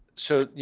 so yeah